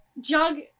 jug